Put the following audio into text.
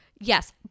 Yes